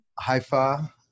Haifa